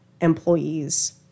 employees